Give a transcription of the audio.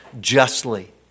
justly